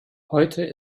heute